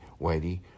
Whitey